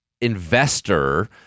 investor